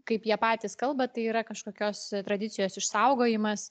kaip jie patys kalba tai yra kažkokios tradicijos išsaugojimas